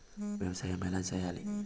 వ్యవసాయం ఎలా చేయాలి?